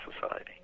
society